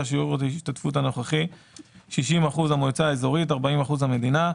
שיעור השתתפות הנוכחי (60% המועצה האזורית 40% המדינה.